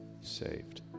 saved